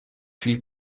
viel